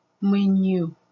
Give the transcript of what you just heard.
menu